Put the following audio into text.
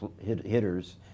hitters